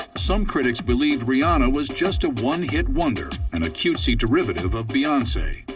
some critics believed rihanna was just a one-hit wonder and a cutesy derivative of beyonce.